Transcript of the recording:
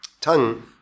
tongue